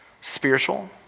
Spiritual